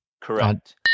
Correct